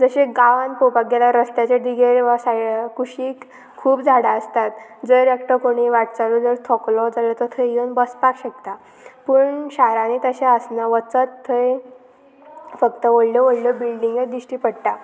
जशें गांवान पोवपाक गेल्यार रस्त्याचेर दिगेर वा सायड्या कुशीक खूब झाडां आसतात जर एकटो कोणी वाटचालो जर थोकलो जाल्यार तो थंय येवन बसपाक शकता पूण शारांनी तशें आसना वचत थंय फक्त व्हडल्यो व्हडल्यो बिल्डींगे दिश्टी पडटा